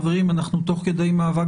חברים, אנחנו תוך כדי מאבק